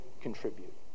contribute